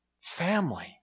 family